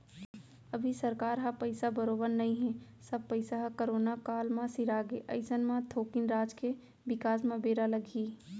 अभी सरकार ह पइसा बरोबर नइ हे सब पइसा ह करोना काल म सिरागे अइसन म थोकिन राज के बिकास म बेरा लगही